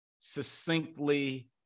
Succinctly